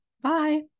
Bye